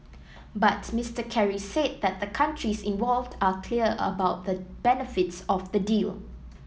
but Mister Kerry said that the countries involved are clear about the benefits of the deal